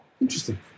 Interesting